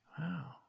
Wow